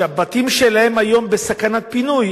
שהבתים שלהם היום בסכנת פינוי,